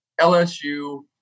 LSU